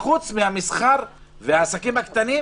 חוץ מהמסחר והעסקים הקטנים,